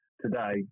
today